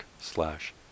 slash